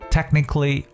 Technically